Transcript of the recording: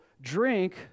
drink